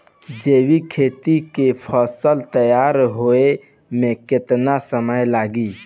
जैविक खेती के फसल तैयार होए मे केतना समय लागी?